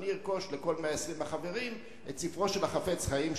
אדוני ירכוש לכל 120 החברים את ספרו של החפץ-חיים,